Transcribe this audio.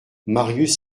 marius